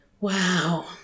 Wow